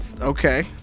okay